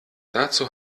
dazu